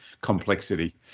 complexity